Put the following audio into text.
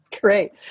Great